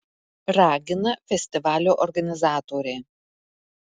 ragina festivalio organizatoriai